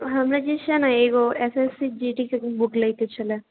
हमरा जे छै ने एगो S S C G D के बुक लै के छलै